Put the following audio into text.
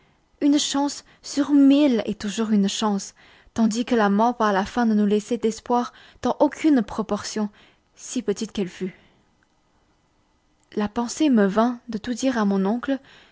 une chance sur mille est toujours une chance tandis que la mort par la faim ne nous laissait d'espoir dans aucune proportion si petite qu'elle fût la pensée me vint de tout dire à mon oncle